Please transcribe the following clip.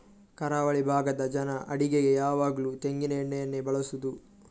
ಕರಾವಳಿ ಭಾಗದ ಜನ ಅಡಿಗೆಗೆ ಯಾವಾಗ್ಲೂ ತೆಂಗಿನ ಎಣ್ಣೆಯನ್ನೇ ಬಳಸುದು